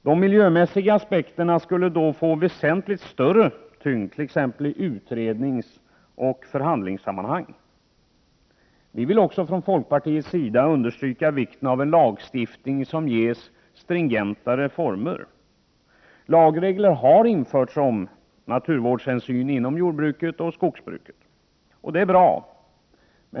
De miljömässiga aspekterna skulle då få väsentligt större tyngd, t.ex. i utredningsoch förhandlingssammanhang. Från folkpartiets sida vill vi också understryka vikten av en lagstiftning med stringentare former. Lagregler om naturvårdshänsyn inom jordbruket och skogsbruket har införts, och det är bra.